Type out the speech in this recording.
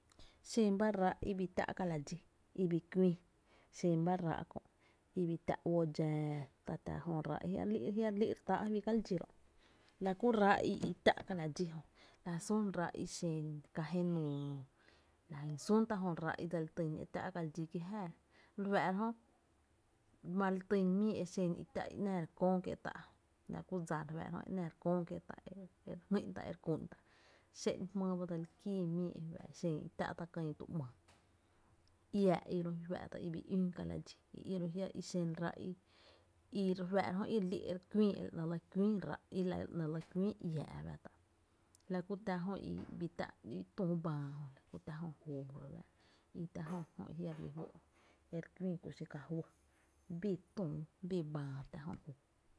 Xen bá ráá’ i bii tä’ ka la dxí i bii küii xen ba ráá’ kö’ i bi tä’ uó dxáá tá’ tää jö ráá’ i jia’ re lí’ re táá’ fí ka la dxí ro’, la ku ráá’ i tä’ ka la dxí jö xen kää je nuu la jyn sun tá jö ráá’ ta’ ka la dxí ki jáá re fáá’ra jö ma li tyn mii e xen i ‘náá re köö kié’ tá’ la ku jyn dsa re fáá’ra jö e ‘náá re ngÿ’n tá’ re kú’n tá’ re fáá’ra jö, xé’n jmýy ba dse li kíi mii e fá’ xen i tä’ ta kÿÿ tu ‘mÿÿ iää’ i ro fá’ta´e bii ún ka la dxí i i ro’ i xen ráá’ i re kuïï e la ‘néé’ lɇ küii ráá’ i, iää’ la kú tää jö ia tá’ tüü bäá La kú tää jö juu i i tá jö i jia’ re lí fó’ e re küii ku xi ká juý, bii tüü bii bäá tá jö juu.